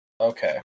Okay